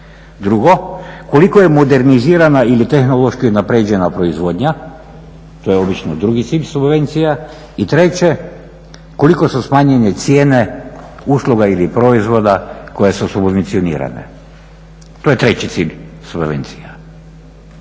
Drugo, koliko je modernizirana ili tehnološki unaprijeđena proizvodnja, to je obično drugi … subvencija i treće koliko su smanjene cijene usluga i proizvoda koje su subvencionirane? To je treći cilj subvencija.